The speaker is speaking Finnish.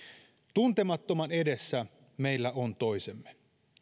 tuntemattoman edessä meillä on toisemme